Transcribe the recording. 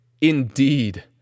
indeed